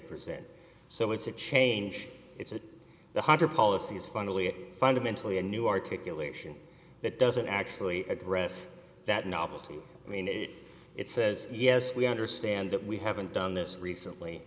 present so it's a change it's a harder policy is finally fundamentally a new articulation that doesn't actually address that novelty i mean it says yes we understand that we haven't done this recently